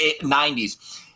90s